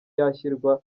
yashyirwa